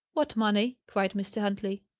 what money? cried mr. huntley.